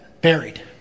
buried